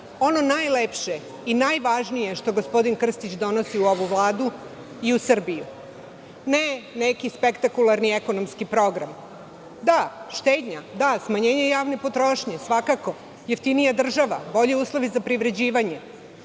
ono najlepše i najvažnije što gospodin Krstić donosi u ovu Vladu i u Srbiju. Ne, neki spektakularni ekonomski program. Da, štednja. Da, smanjenje javne potrošnje, svakako jeftinija država, bolji uslovi za privređivanje.